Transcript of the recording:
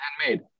handmade